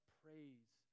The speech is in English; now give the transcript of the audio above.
praise